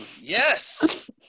Yes